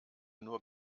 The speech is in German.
nur